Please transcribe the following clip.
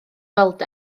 weld